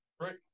Right